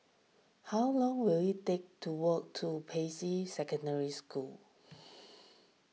how long will it take to walk to Peicai Secondary School